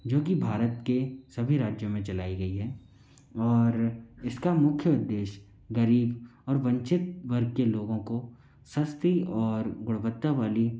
जो कि भारत के सभी राज्यो में चलाई गई है और इसका मुख्य उद्देश्य गरीब और वंचित वर्ग के लोगों को सस्ती और गुणवत्ता वाली